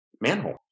manhole